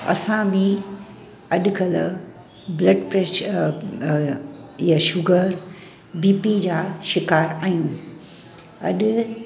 असां बि अॼुकल्ह ब्लड प्रैशर या शुगर बीपी जा शिकार आहियूं अॼु